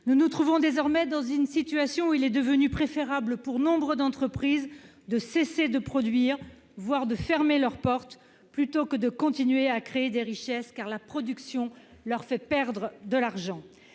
nous nous trouvons désormais, il est devenu préférable, pour nombre d'entreprises, de cesser de produire, voire de fermer ses portes, plutôt que de continuer de créer de la richesse, car produire fait perdre de l'argent